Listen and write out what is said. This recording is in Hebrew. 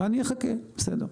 אני אחכה, בסדר.